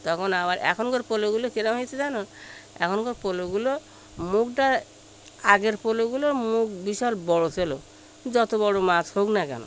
তখন আবার এখনকার পলোগুলো কেমন হয়েছে জানো এখনকার পলোগুলো মুখটা আগের পলোগুলোর মুখ বিশাল বড় ছিল যত বড় মাছ হোক না কেন